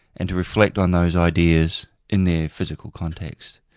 and to reflect on those ideas in their physical context.